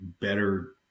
better